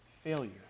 failure